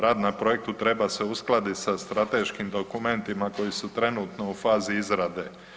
Rad na projektu treba se uskladiti sa strateškim dokumentima koji su trenutno u fazi izrade.